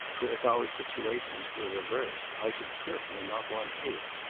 for if our situations were reversed, i should certainly not want his.